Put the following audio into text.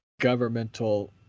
governmental